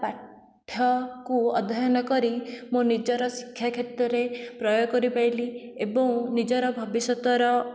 ପାଠକୁ ଅଧ୍ୟୟନ କରି ମୋ' ନିଜର ଶିକ୍ଷା କ୍ଷେତ୍ରରେ ପ୍ରୟୋଗ କରିପାଇଲି ଏବଂ ନିଜର ଭବିଷ୍ୟତର